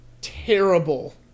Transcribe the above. Terrible